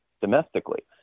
domestically